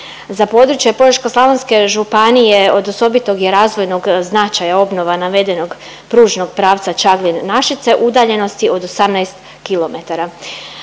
Za područje Požeško-slavonske županije od osobitog je razvojnog značaja obnova navedenog pružnog pravca Čaglin-Našice, udaljenosti od 18 km.